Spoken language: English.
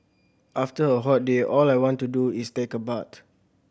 after a hot day all I want to do is take a bath